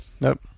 Nope